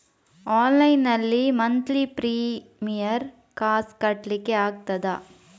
Online ನಲ್ಲಿ monthly premium ಕಾಸ್ ಕಟ್ಲಿಕ್ಕೆ ಆಗ್ತದಾ?